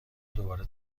دوباره